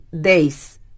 days